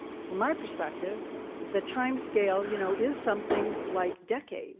from my perspective the timescale, you know, is something like decades.